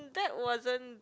that wasn't